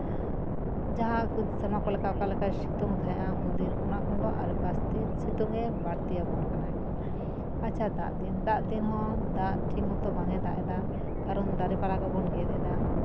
ᱡᱟᱦᱟᱸ ᱥᱮᱨᱢᱟ ᱠᱚ ᱞᱮᱠᱟ ᱚᱠᱟᱞᱮᱠᱟᱭ ᱥᱤᱛᱩᱝ ᱛᱟᱦᱮᱸᱫᱼᱟ ᱩᱱᱫᱤᱱ ᱚᱱᱟ ᱠᱷᱚᱱ ᱫᱚ ᱟᱨ ᱡᱟᱹᱥᱛᱤ ᱥᱤᱛᱩᱝᱮ ᱵᱟᱹᱲᱛᱤᱭᱟᱵᱚᱱ ᱠᱟᱱᱟ ᱟᱪᱪᱷᱟ ᱫᱟᱜ ᱫᱤᱱ ᱫᱟᱜ ᱫᱤᱱ ᱦᱚᱸ ᱫᱟᱜ ᱴᱷᱤᱠᱢᱚᱛᱚ ᱵᱟᱝᱼᱮ ᱫᱟᱜ ᱮᱫᱟ ᱠᱟᱨᱚᱱ ᱫᱟᱨᱮ ᱯᱟᱞᱦᱟ ᱠᱚᱵᱚᱱ ᱜᱮᱫ ᱮᱫᱟ